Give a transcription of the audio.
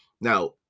now